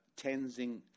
Tenzing